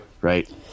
Right